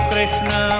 Krishna